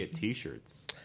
T-shirts